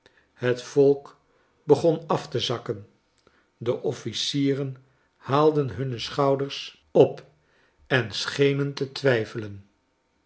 het volk begon afte zakken de officieren haalden hunne schouders op en schenen te twijfelen